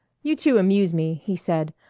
you two amuse me, he said.